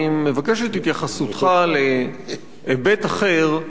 אני מבקש את התייחסותך להיבט אחר,